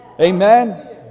Amen